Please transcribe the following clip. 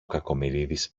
κακομοιρίδης